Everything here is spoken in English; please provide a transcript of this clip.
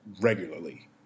regularly